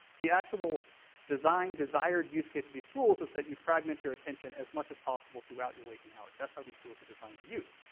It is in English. the actual designed desired-use case of these tools is that you fragment your attention as much as possible throughout your waking hours that's how these tools are designed to use.